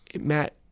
Matt